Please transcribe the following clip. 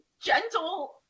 gentle